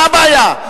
מה הבעיה?